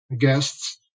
guests